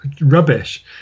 rubbish